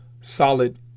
solid